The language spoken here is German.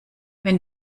wenn